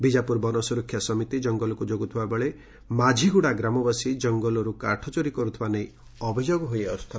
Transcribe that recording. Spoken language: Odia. ବିଜାପୁର ବନ ସୁରକ୍ଷା ସମିତି ଜଙ୍ଗଲକୁ ଜଗୁଥିବା ବେଳେ ମାଝୀଗୁଡ଼ା ଗ୍ରାମବାସୀ ଜଙ୍ଗଲରୁ କାଠ ଚୋରି କରୁଥିବା ନେଇ ଅଭିଯୋଗ ହୋଇଥିଲା